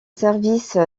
service